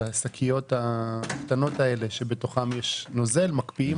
השקיות הקטנות שבתוכן יש נוזל ומקפיאים